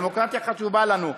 דמוקרטיה חשובה לנו,